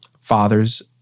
fathers